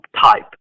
type